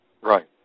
Right